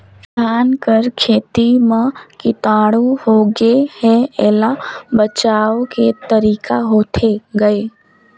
धान कर खेती म कीटाणु होगे हे एला बचाय के तरीका होथे गए?